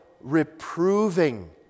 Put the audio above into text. reproving